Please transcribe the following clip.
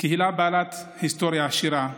קהילה בעלת היסטוריה עשירה,